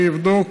אני אבדוק,